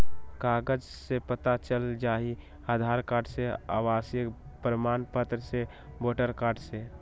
कागज से पता चल जाहई, आधार कार्ड से, आवासीय प्रमाण पत्र से, वोटर कार्ड से?